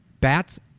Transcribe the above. bats